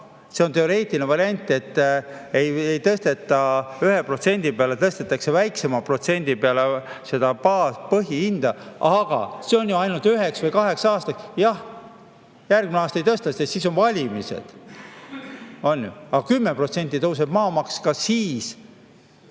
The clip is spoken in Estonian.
see on teoreetiline variant, et ei tõsteta 1% peale. Tõstetakse väiksema protsendi peale seda baas- või põhihinda. Aga see on ju ainult üheks või kaheks aastaks. Jah, järgmisel aastal ei tõsteta, sest siis on valimised, aga 10% tõuseb maamaks ka siis.